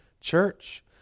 church